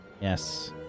Yes